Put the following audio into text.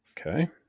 okay